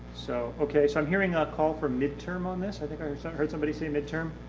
so okay, so i'm hearing a call for midterm on this. i think i heard so heard somebody say mid-term.